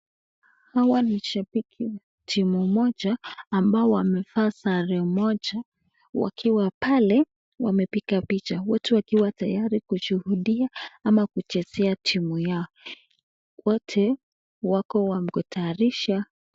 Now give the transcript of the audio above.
Hawa ni mashabiki wa timu moja, ambao wamevaa sare moja wakiwa pale wamepiga picha. Wote wakiwa tayari kushuhudia ama kuchezea timu yao. Wote wako wakujitayarisha